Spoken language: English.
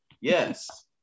Yes